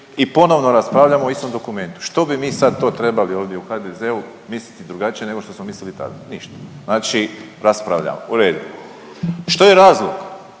i ponovno raspravljamo o istom dokumentu. Što bi mi sad to trebali ovdje u HDZ-u misliti drugačije nego što smo mislili tada. Ništa. Znači raspravljamo, u redu. Što je razlog?